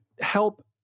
help